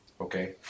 okay